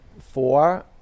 Four